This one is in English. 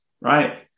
right